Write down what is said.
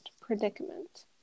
predicament